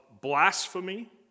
blasphemy